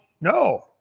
no